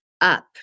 up